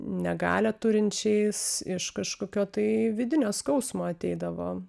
negalią turinčiais iš kažkokio tai vidinio skausmo ateidavo